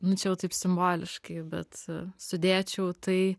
nu čia jau taip simboliškai bet sudėčiau tai